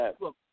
look